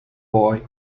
boy